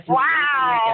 wow